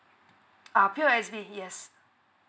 uh P_O_S_B yes